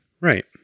right